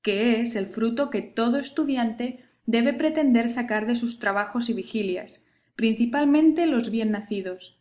que es el fruto que todo estudiante debe pretender sacar de sus trabajos y vigilias principalmente los bien nacidos